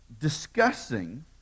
discussing